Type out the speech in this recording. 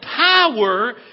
power